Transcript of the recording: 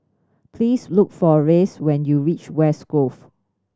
please look for Reyes when you reach West Grove